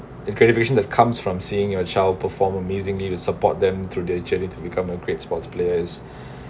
the gratification that comes from seeing your child perform amazingly to support them through their journey to become a great sports players